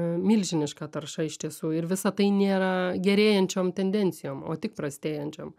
milžiniška tarša iš tiesų ir visa tai nėra gerėjančiom tendencijom o tik prastėjančiom